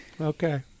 Okay